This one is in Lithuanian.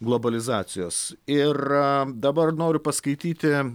globalizacijos ir dabar noriu paskaityti